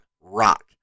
rock